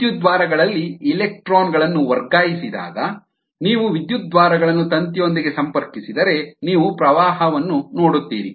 ವಿದ್ಯುದ್ವಾರಗಳಲ್ಲಿ electron ಗಳನ್ನು ವರ್ಗಾಯಿಸಿದಾಗ ನೀವು ವಿದ್ಯುದ್ವಾರಗಳನ್ನು ತಂತಿಯೊಂದಿಗೆ ಸಂಪರ್ಕಿಸಿದರೆ ನೀವು ಪ್ರವಾಹವನ್ನು ನೋಡುತ್ತೀರಿ